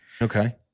Okay